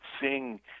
seeing